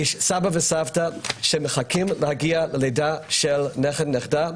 יש סבא וסבתא שמחכים להגיע ללידה של נכד או נכדה?